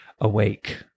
awake